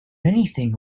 anything